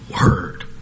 word